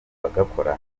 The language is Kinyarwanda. bagakora